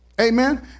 amen